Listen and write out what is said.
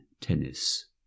tennis